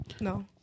No